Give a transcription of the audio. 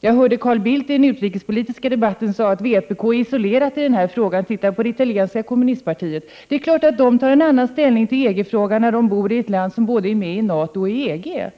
Jag hörde att Carl Bildt i den utrikespolitiska debatten sade att vpk är isolerat i denna fråga. Se på det italienska kommunistpartiet! sade han. Det är klart att Italien intar en annan ställning i EG-frågan, eftersom Italien är med både i NATO och i EG.